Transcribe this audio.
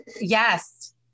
yes